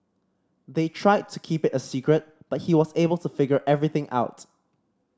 they tried to keep it a secret but he was able to figure everything out